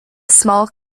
small